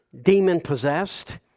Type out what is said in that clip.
demon-possessed